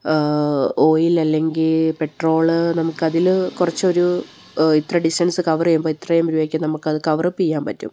oil അല്ലെങ്കിൽ petrol നമുക്ക് അതിൽ കുറച്ച് ഒരു ഇത്ര ഡിസ്റ്റൻസ് കവറ് ചെയ്യുമ്പോൾ ഇത്രയും രൂപയ്ക്ക് നമുക്ക് അത് കവർ അപ്പ് ചെയ്യാൻ പറ്റും